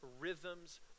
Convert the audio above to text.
rhythms